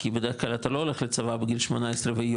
כי בדרך כלל אתה לא הולך לצבא בגיל 18 ויום,